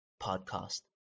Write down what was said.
podcast